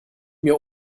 mir